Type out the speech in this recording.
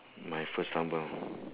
my first stumble